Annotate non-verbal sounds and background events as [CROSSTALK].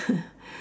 [LAUGHS]